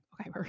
Okay